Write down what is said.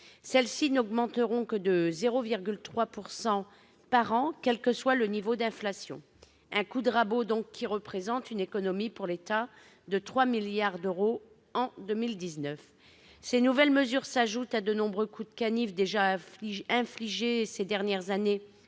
Celles-ci n'augmenteront que de 0,3 % par an, quel que soit le niveau d'inflation. C'est un coup de rabot qui représente une économie pour l'État de 3 milliards d'euros en 2019. Ces nouvelles mesures s'ajoutent à de nombreux coups de canif déjà infligés ces dernières années